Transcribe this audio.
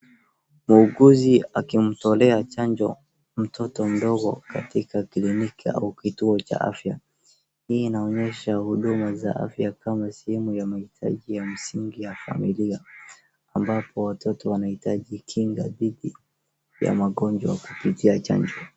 Muuguzi akimtolea chanjo mtoto mdogo katika kliniki au kituo cha afya. Hii inaonyesha huduma za afya kama sehemu ya mahitaji ya msingi ya familia, ambapo watoto wanahitaji kinga dhidi ya magonjwa kupitia chanjo.